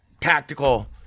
tactical